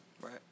Right